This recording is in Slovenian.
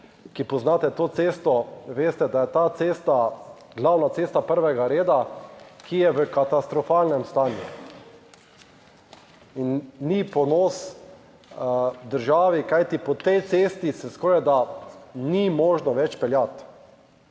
ki poznate to cesto, veste, da je ta cesta glavna cesta prvega reda, ki je v katastrofalnem stanju in ni v ponos državi. Kajti, po tej cesti se skorajda ni možno več peljati.